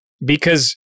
because-